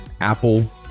Apple